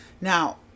Now